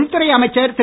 உள்துறை அமைச்சர் திரு